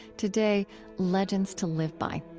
today legends to live by.